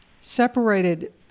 separated